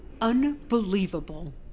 Unbelievable